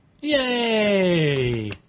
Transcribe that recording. Yay